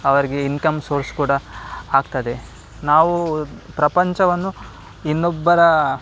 ಅವರಿಗೆ income source ಕೂಡ ಆಗ್ತದೆ ನಾವು ಪ್ರಪಂಚವನ್ನು ಇನ್ನೊಬ್ಬರ